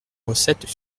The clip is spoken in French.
recettes